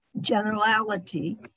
generality